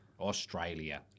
Australia